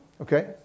Okay